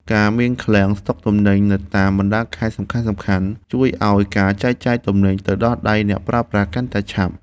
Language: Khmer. ការមានឃ្លាំងស្តុកទំនិញនៅតាមបណ្តាខេត្តសំខាន់ៗជួយឱ្យការចែកចាយទំនិញទៅដល់ដៃអ្នកប្រើប្រាស់កាន់តែឆាប់។